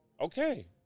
Okay